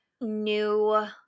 new